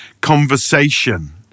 conversation